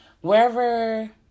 wherever